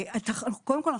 קודם כל,